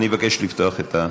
אני מבקש לפתוח את,